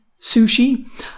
sushi